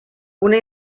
una